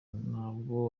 ntabwo